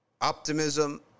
optimism